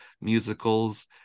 musicals